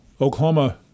Oklahoma